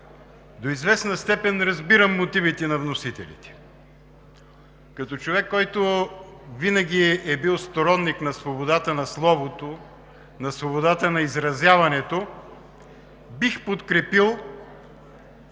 До известна степен разбирам мотивите на вносителите. Като човек, който винаги е бил сторонник на свободата на словото, на свободата на изразяването, бих подкрепил